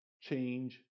Change